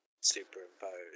superimposed